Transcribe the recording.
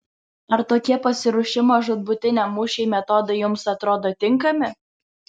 ar tokie pasiruošimo žūtbūtiniam mūšiui metodai jums atrodo tinkami